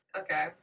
Okay